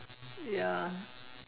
ya